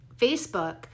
Facebook